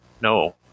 no